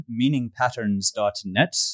meaningpatterns.net